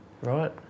Right